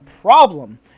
problem